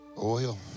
oil